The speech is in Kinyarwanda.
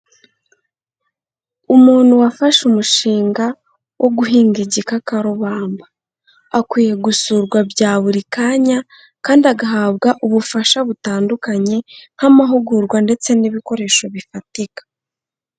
Umuntu wafashe umushinga wo guhinga igikakarubamba akwiye gusurwa bya buri kanya kandi agahabwa ubufasha butandukanye nk'amahugurwa ndetse n'ibikoresho bifatika.